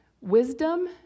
Wisdom